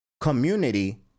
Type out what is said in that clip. community